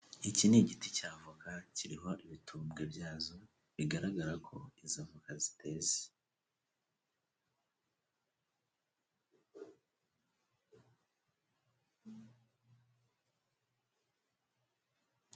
Iki ni igiti cy'avoka kiriho ibitumbwe byazo, bigaragara ko izo avoka ziteze.